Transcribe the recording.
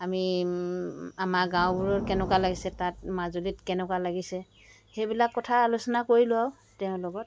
আমি আমাৰ গাঁওবোৰ কেনেকুৱা লাগিছে তাত মাজুলীক কেনেকুৱা লাগিছে সেইবিলাক কথা আলোচনা কৰিলোঁ আৰু তেওঁ লগত